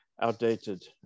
outdated